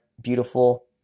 beautiful